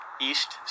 East